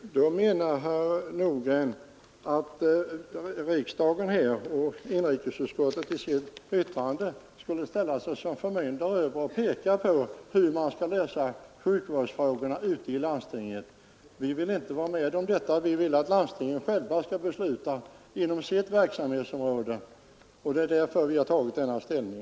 Herr talman! Då menar herr Nordgren att riksdagen här och inrikesutskottet i sitt betänkande skulle ställa sig som förmyndare över landstingen och tala om för dem hur de skall lösa sina sjukvårdsfrågor. Det vill vi inte vara med om. Vi vill att landstingen själva skall få besluta inom sitt verksamhetsområde. Därför har vi intagit denna ställning.